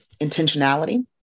intentionality